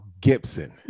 Gibson